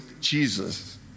Jesus